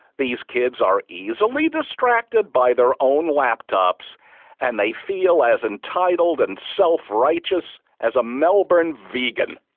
these kids are easily distracted by their own laptops and they feel as entitled and self-righteous as a melbourne vegan.